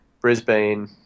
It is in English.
Brisbane